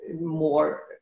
more